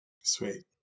sweet